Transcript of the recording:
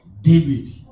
David